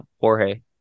Jorge